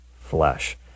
flesh